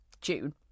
June